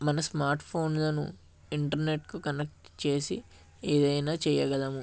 మన స్మార్ట్ఫోన్లను ఇంటర్నెట్కు కనెక్ట్ చేసి ఏదైనా చేయగలము